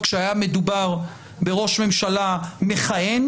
החוק הזה לא יועבר במחטף.